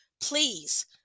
please